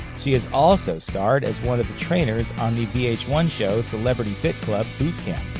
she has also starred as one of the trainers on the v h one show celebrity fit club boot camp.